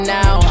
now